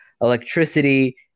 electricity